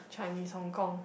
Chinese Hong-Kong